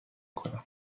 کنم